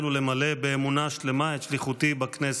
ולמלא באמונה שלמה את שליחותי בכנסת.